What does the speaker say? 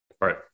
Right